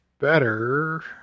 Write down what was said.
better